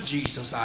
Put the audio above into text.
Jesus